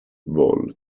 vol